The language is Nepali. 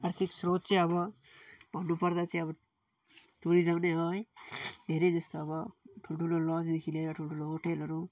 आर्थिक स्रोत चाहिँ अब भन्नु पर्दा चाहिँ अब टुरिजम नै हो है धेरै जस्तो अब ठुल्ठुलो लजदेखि लेर ठुल्ठुलो हुटेलहरू